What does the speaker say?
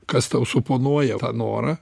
kas tau suponuoja norą